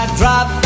drop